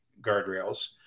guardrails